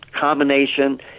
combination